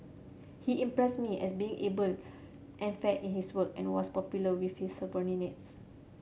he impressed me as being able and fair in his work and was popular with his subordinates